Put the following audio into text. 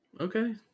okay